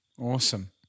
Awesome